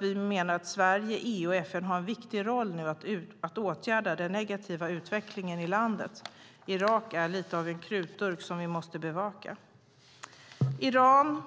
Vi menar att Sverige, EU och FN har en viktig roll i att åtgärda den negativa utvecklingen i landet. Irak är lite av en krutdurk som vi måste bevaka. Herr talman!